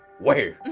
where?